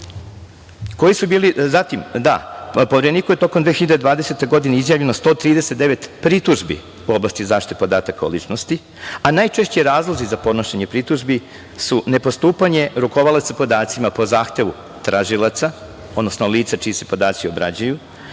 je tokom 2020. godine izjavljeno 139 pritužbi u oblasti zaštite podataka o ličnosti, a najčešći razlozi za podnošenje pritužbi su nepostupanje rukovalaca podacima po zahtevu tražilaca, odnosno lica čiji se podaci obrađuju